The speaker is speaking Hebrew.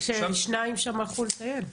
שניים שם הלכו לטייל.